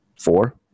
four